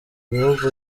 bihugu